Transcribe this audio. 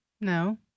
No